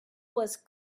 was